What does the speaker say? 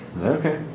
Okay